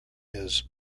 his